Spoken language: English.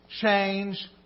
Change